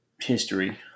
history